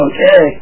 Okay